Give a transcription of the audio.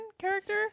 character